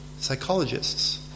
psychologists